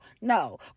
no